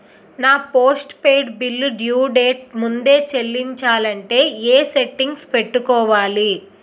నా postpaid bill due date ముందే చెల్లించాలంటే ఎ సెట్టింగ్స్ పెట్టుకోవాలి?